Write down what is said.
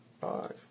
Five